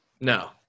no